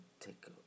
take